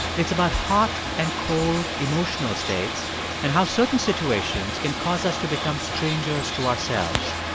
it's about hot and cold emotional states and how certain situations can cause us to become strangers to ourselves.